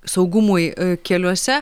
saugumui keliuose